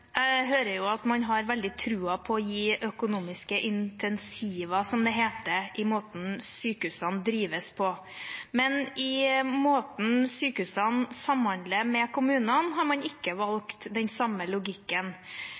Jeg hører jo at man har veldig troen på å gi økonomiske insentiver – som det heter – i måten sykehusene drives på, men i måten sykehusene samhandler med kommunene på, har man ikke valgt den samme logikken.